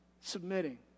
submitting